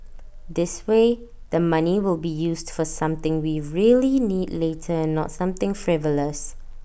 this way the money will be used for something we really need later and not something frivolous